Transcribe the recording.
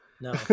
No